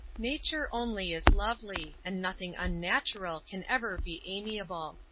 nature only is lovely, and nothing unnatural can ever be amiable.